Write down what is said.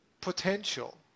potential